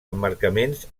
emmarcaments